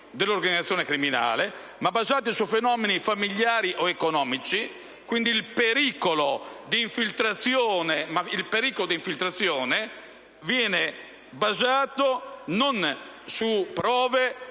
nell'organizzazione criminale ma basati su fenomeni familiari o economici (...). Quindi il pericolo di infiltrazione viene basato non su prove,